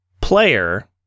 player